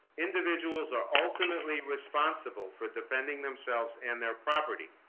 individuals are ultimately responsible for defending themselves and their property